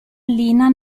lina